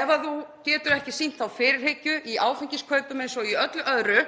Ef þú getur ekki sýnt þá fyrirhyggju í áfengiskaupum eins og í öllu öðru